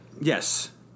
Yes